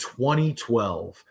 2012